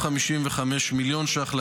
ו-255 מיליון ש"ח,